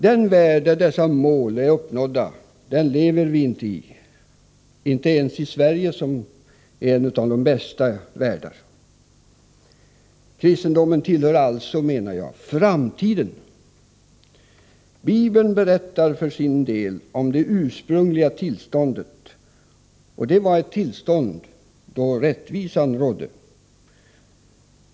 Den värld där dessa mål är uppnådda lever vi inte i, inte ens i Sverige, som är ett av de bästa länder att leva i. Kristendomen tillhör alltså framtiden. Bibeln berättar om det ursprungliga tillståndet, och det var ett tillstånd där rättvisa rådde.